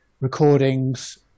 recordings